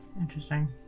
Interesting